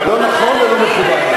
כזאת, לא נכון ולא מקובל.